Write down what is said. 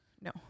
No